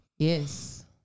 Yes